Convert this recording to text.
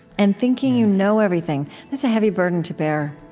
and thinking you know everything. that's a heavy burden to bear.